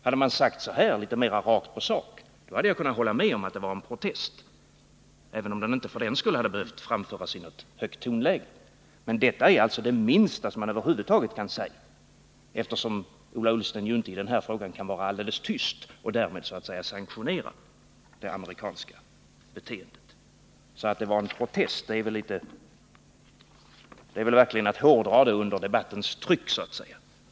Hade uttalandet varit litet mera rakt på sak hade jag kunnat hålla med om att det var en protest — för den skull är det inte nödvändigt att använda ett högt tonläge. Men vad som sagts är det minsta man över huvud taget kan säga. Ola Ullsten kan ju i den här frågan inte vara alldeles tyst och därmed så att säga sanktionera det amerikanska beteendet. Att här tala om att svaret skall tolkas som en protest är verkligen att hårdra frågan under debattens tryck.